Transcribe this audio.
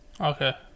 Okay